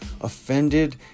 offended